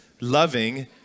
loving